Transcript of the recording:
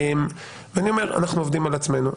אני אומר שאנחנו עובדים על עצמנו,